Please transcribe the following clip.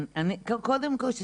קודם כל,